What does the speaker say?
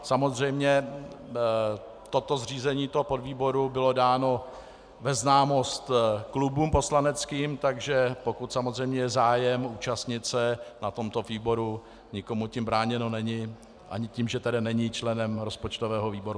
Samozřejmě zřízení toho podvýboru bylo dáno ve známost klubům poslaneckým, takže pokud samozřejmě je zájem účastnit se na tomto výboru, nikomu tím bráněno není, ani tím, že tedy není členem rozpočtového výboru.